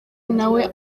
nawe